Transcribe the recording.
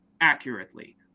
accurately